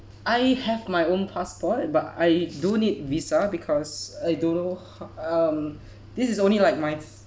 I have my own passport but I do need visa because I don't know ho~ um this is only like my